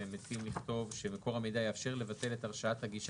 מוצע לכתוב ש"מקור המידע יאפשר לבטל את הרשאת הגישה